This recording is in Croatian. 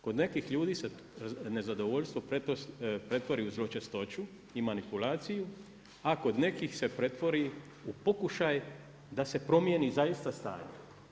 Kod nekih ljudi se nezadovoljstvo pretvori u zločestoću i manipulaciju, a kod nekih se pretvori u pokušaj da se promijeni zaista stanje.